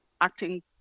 acting